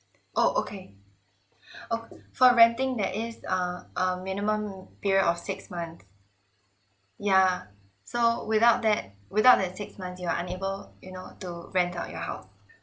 oh okay oh for renting there is um a minimum period of six months yeah so without that without that six months you are unable you know to rent out your house